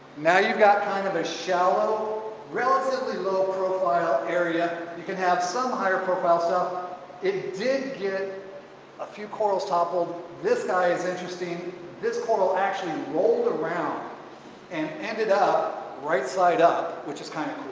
now you've got kind of a shallow relatively low profile area you can have some higher profile stuff it did get a few corals toppled. this guy is interesting this coral actually rolled around and ended up right side up which is kind of